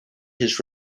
his